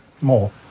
more